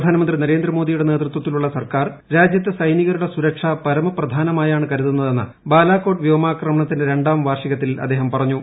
പ്രധാനമന്ത്രി നരേന്ദ്ര മോഭ്യിയുടെ നേതൃത്വത്തിലുള്ള സർക്കാർ രാജ്യത്തെ സൈനിക്കരുടെ സുരക്ഷ പരമപ്രധാനമായാണ് കരുതുന്നതെന്ന് ബലാ്കോട്ട് വ്യോമാക്രമണത്തിന്റെ രണ്ടാം വാർഷികത്തിൽ അദ്ദേഹം പറഞ്ഞു